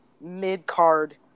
mid-card